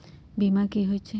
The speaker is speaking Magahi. बीमा कि होई छई?